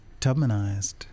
tubmanized